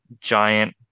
giant